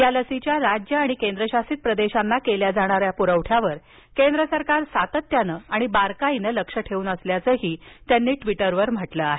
या लसीच्या राज्य आणि केंद्रशासित प्रदेशांना केल्या जाणाऱ्या पुरवठ्यावर केंद्र सरकार सातत्यानं आणि बारकाईनं लक्ष ठेवून असल्याचंही त्यांनी ट्वीटरवर म्हटलं आहे